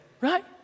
right